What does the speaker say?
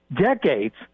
decades